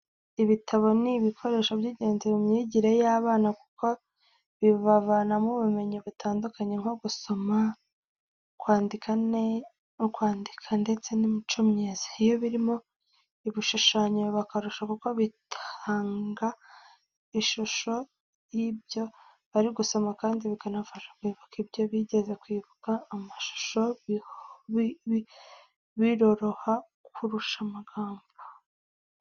Ibitabo ni ibikoresho by'ingenzi mu myigire y'abana, kuko babivanamo ubumenyi butandukanye nko gusoma, kwandika, ndetse n'imico myiza. Iyo birimo ibishushanyo biba akarusho kuko bitanga ishusho y'ibyo bari gusoma kandi bikanabafasha kwibuka ibyo bize, kwibuka amashusho biroroha kurusha amagambo.